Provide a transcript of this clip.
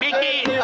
לפרוטוקול,